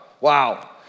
wow